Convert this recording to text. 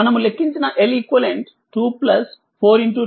మనము లెక్కించినLeq 2412412 ఉంటుంది